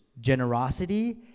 generosity